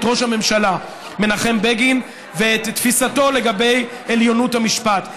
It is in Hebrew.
את ראש הממשלה מנחם בגין ואת תפיסתו לגבי עליונות המשפט.